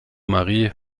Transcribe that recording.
marie